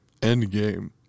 Endgame